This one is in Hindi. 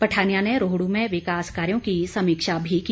पठानिया ने रोहडू में विकास कार्यों की समीक्षा भी की